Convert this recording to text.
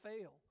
fail